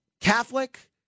Catholic